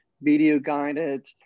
video-guided